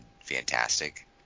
fantastic